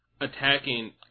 attacking